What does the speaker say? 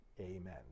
amen